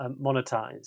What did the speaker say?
monetize